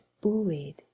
buoyed